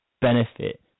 benefit